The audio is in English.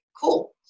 cool